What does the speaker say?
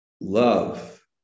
love